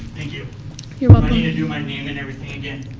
you. you want me to do my name and everything again?